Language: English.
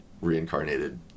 reincarnated